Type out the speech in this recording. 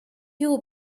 you